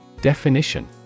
Definition